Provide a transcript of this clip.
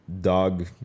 dog